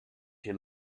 she